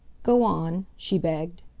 go on, she begged.